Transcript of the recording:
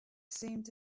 seemed